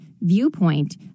viewpoint